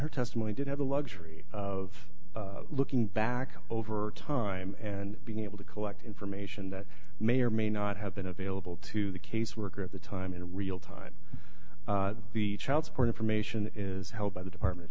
her testimony did have the luxury of looking back over time and being able to collect information that may or may not have been available to the caseworker at the time in real time the child support information is held by the department